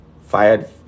fired